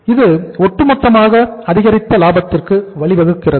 அதனால் இது ஒட்டுமொத்தமாக அதிகரித்த லாபத்திற்கு வழிவகுக்கிறது